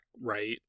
right